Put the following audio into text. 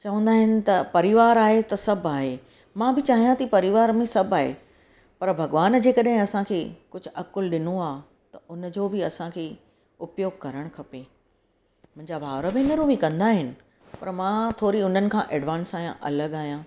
चवंदा आहिनि त परिवार आहे त सभु आहे मां बि चाहियां थी कि परिवार में सभु आहे पर भॻवान जेकॾहिं असांखे कुझु अक़ुलु ॾिनो आहे हुनजो बि असांखे उपयोगु करणु खपे मुंहिंजा भावर भेनरूं बि कंदा आहिनि पर मां थोरी उन्हनि खां एडवांस आहियां अलॻि आहियां